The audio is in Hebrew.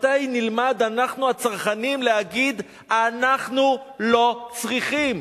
מתי נלמד אנחנו הצרכנים להגיד: אנחנו לא צריכים?